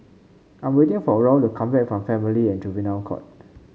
I am waiting for Raul to come back from Family and Juvenile Court